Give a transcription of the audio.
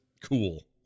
cool